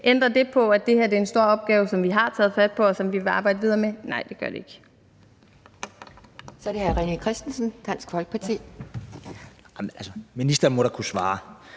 Ændrer det på, at det her er en stor opgave, som vi har taget fat på, og som vi vil arbejde videre med? Nej, det gør det ikke.